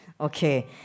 Okay